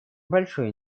большой